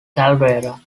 caldera